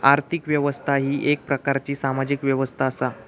आर्थिक व्यवस्था ही येक प्रकारची सामाजिक व्यवस्था असा